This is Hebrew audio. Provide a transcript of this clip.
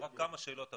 כמה שאלות הבהרה.